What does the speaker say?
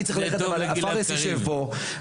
אני צריך ללכת אבל פארס יושב פה,